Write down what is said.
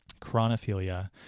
Chronophilia